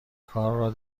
کار